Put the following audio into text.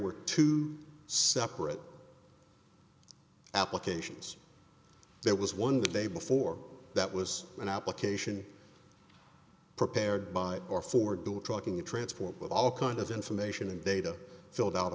were two separate applications there was one the day before that was an application prepared by or for doing trucking a transform with all kind of information and data filled out